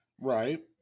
Right